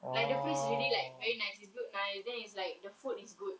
like the place you really like very nice it's built nice then it's like the food is good